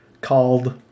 called